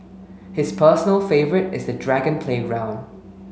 his personal favourite is the dragon playground